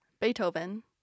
Beethoven